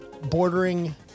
bordering